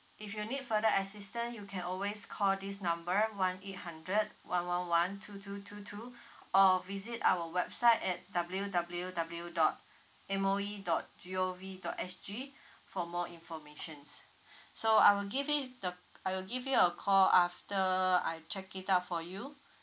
if you need further assistance you can always call this number one eight hundred one one one two two two two or visit our website at W W W dot M O E dot G O V dot S G for more informations so I will give it the I will give you a call after I check it out for you